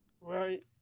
Right